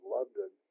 London